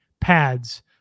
pads